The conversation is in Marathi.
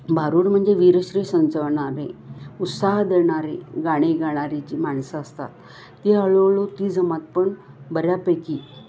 भारुड म्हणजे वीरश्री संचवणारे उत्साह देणारी गाणी गाणारी जी माणसं असतात ती हळूहळू ती जमात पण बऱ्यापैकी